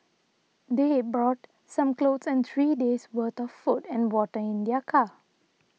they A brought some clothes and three days' worth of food and water in their car